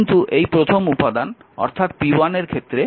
কিন্তু এই প্রথম উপাদান অর্থাৎ p1 এর ক্ষেত্রে এটি 8 ভোল্ট